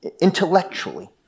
intellectually